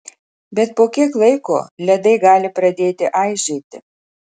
bet po kiek laiko ledai gali pradėti aižėti